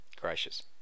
gracious